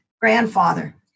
grandfather